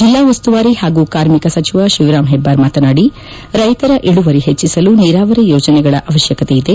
ಜಿಲ್ಲಾ ಉಸ್ತುವಾರಿ ಹಾಗೂ ಕಾರ್ಮಿಕ ಸಚಿವ ಶಿವರಾಮ್ ಹೆಬ್ಬಾರ್ ಮಾತನಾಡಿ ರೈತರ ಇಳುವರಿ ಹೆಚ್ಚಿಸಲು ನೀರಾವರಿ ಯೋಜನೆಗಳ ಅವಶ್ಯಕತೆ ಇದೆ